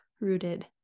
rooted